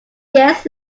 years